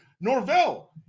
Norvell